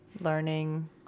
learning –